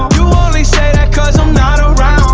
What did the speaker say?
you only say that cause i'm not um